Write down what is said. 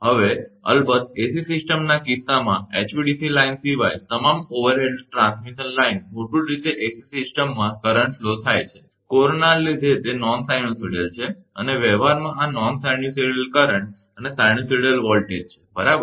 હવે અલબત્ત AC સિસ્ટમના કિસ્સામાં એચવીડીસી લાઇન સિવાય તમામ ઓવરહેડ ટ્રાન્સમિશન લાઇન મૂળભૂત રીતે AC સિસ્ટમમાં કરંટ ફ્લો થાય છે કોરોનાને લીધે તે નોન સાઇનુસાઇડલ છે અને વ્યવહારમાં આ નોન સાઇનુસાઇડલ કરંટ અને નોન સાઇનુસાઇડલ વોલ્ટેજ છે બરાબર